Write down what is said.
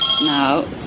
No